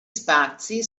spazi